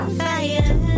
fire